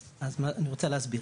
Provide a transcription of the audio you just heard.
אז אני רוצה להסביר,